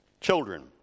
children